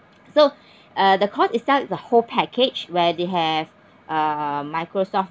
so uh the cost itself is a whole package where they have uh Microsoft